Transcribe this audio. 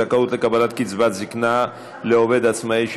זכאות לקבלת קצבת זקנה לעובד עצמאי),